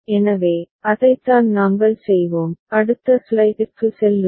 எனவே அதைத்தான் நாங்கள் செய்வோம் அடுத்த ஸ்லைடிற்கு செல்லுங்கள்